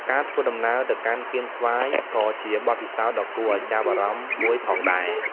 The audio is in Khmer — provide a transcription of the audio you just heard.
ការធ្វើដំណើរទៅកាន់កៀនស្វាយក៏ជាបទពិសោធន៍ដ៏គួរឲ្យចាប់អារម្មណ៍មួយផងដែរ។